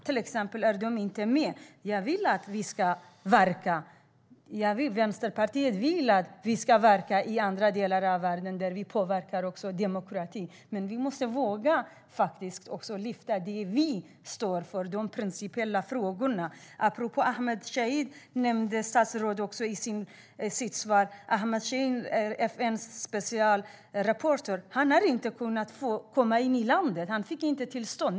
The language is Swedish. Vänsterpartiet vill att Sverige ska verka i andra delar av världen och för demokrati. Men vi måste våga lyfta fram det vi står för och de principiella frågorna. I sitt svar nämnde statsrådet FN:s specialrapportör Ahmed Shaheed. Han har inte fått komma in i landet. Han fick inte tillstånd.